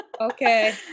okay